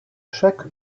chaque